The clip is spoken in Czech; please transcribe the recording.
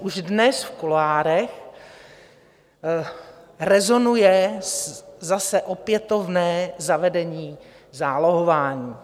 Už dnes v kuloárech rezonuje zase opětovné zavedení zálohování.